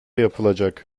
yapılacak